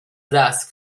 las